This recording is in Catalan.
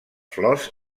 flors